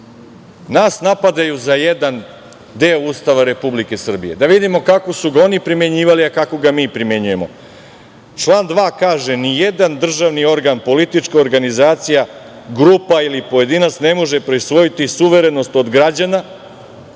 napadaju za jedan deo Ustava Republike Srbije. Da vidimo kako su ga oni primenjivali, a kako ga mi primenjujemo. Član 2. kaže – nijedan državni organ, politička organizacija, grupa ili pojedinac ne može prisvojiti suverenost od građana,